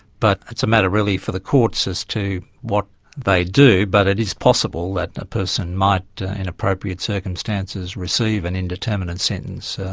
but it's a matter really for the courts as to what they do, but it is possible that a person might in appropriate circumstances, receive an indeterminate sentence,